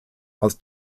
aus